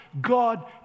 God